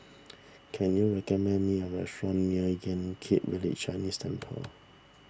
can you recommend me a restaurant near Yan Kit Village Chinese Temple